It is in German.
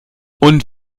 und